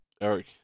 eric